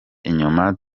inyuma